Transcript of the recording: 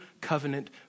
covenant